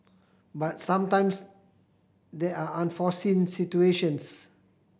but sometimes there are unforeseen situations